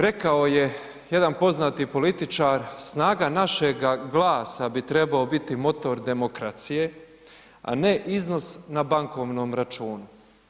Rekao je jedan poznati političar, snaga našega glasa bi trebao biti motor demokracije, a ne iznos na bankovnom računu.